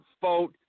vote